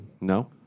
no